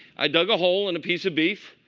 i dug a hole in a piece of beef,